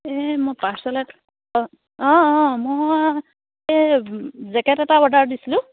এই মই পাৰ্চেল এটা অঁ মই এই জেকেট এটা অৰ্ডাৰ দিছিলোঁ